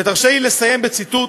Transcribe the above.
תרשה לי לסיים בציטוט